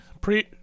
pre